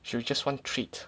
she will just want treat